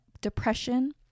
depression